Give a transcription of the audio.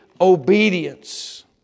obedience